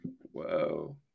whoa